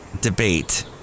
Debate